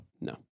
No